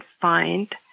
find